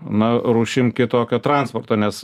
na rūšim kitokio transporto nes